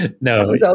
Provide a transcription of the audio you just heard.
No